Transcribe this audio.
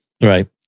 Right